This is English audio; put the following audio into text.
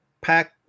pack